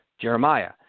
Jeremiah